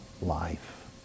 life